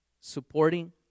supporting